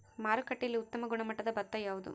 ಮಾರುಕಟ್ಟೆಯಲ್ಲಿ ಉತ್ತಮ ಗುಣಮಟ್ಟದ ಭತ್ತ ಯಾವುದು?